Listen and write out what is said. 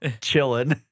chilling